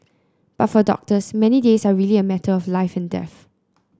but for doctors many days are really a matter of life and death